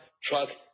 truck